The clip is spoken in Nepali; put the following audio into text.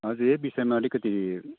हजुर यही विषयमा अलिकति